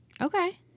Okay